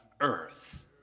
earth